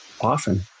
often